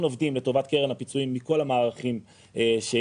עובדים לטובת קרן הפיצויים מכל המערכים שיש,